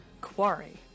Quarry